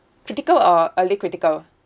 critical or early critical